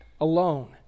alone